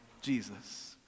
Jesus